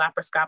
laparoscopic